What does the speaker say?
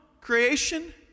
creation